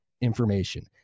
information